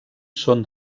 són